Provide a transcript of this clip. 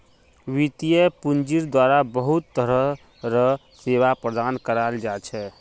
वित्तीय पूंजिर द्वारा बहुत तरह र सेवा प्रदान कराल जा छे